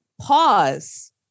pause